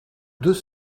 deux